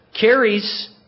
carries